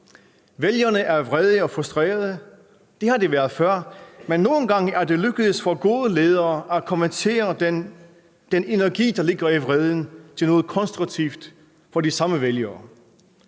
Vælgerne er vrede og frustrerede. Det har de været før. Men nogle gange er det lykkedes for gode ledere at konvertere den energi, der ligger i vreden, til noget konstruktivt for de samme vælgere.